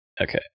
Okay